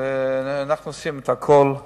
ואנחנו עושים את הכול.